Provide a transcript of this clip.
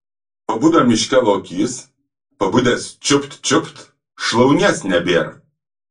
pabudo miške lokys pabudęs čiupt čiupt šlaunies nebėr